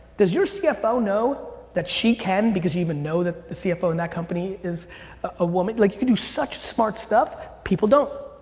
does your cfo know that she can, because you even know that cfo in that company is a woman, like you you do such smart stuff people don't.